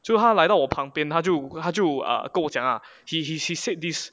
就他来到我旁边他就他就跟我讲 ah he he he said this